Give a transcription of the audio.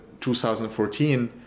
2014